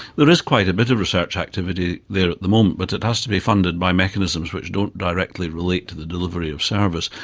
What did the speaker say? there is quite a bit of research activity there at the moment, but it has to be funded by mechanisms which don't directly relate to the delivery of service,